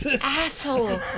Asshole